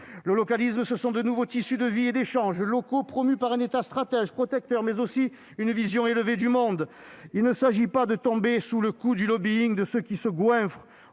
Le localisme, ce sont de nouveaux tissus de vie et d'échanges locaux, promus par un État stratège, protecteur, mais c'est aussi une vision élevée du monde. Il ne s'agit pas de céder au lobbying de ceux qui se goinfrent,